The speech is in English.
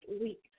week